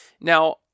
Now